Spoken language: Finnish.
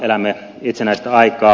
elämme itsenäistä aikaa